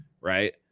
right